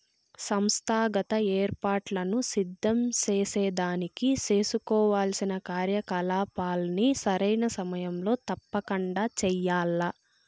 సంస్థాగత ఏర్పాట్లను సిద్ధం సేసేదానికి సేసుకోవాల్సిన కార్యకలాపాల్ని సరైన సమయంలో తప్పకండా చెయ్యాల్ల